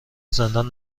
زندان